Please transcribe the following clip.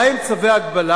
מהם צווי הגבלה?